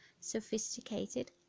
sophisticated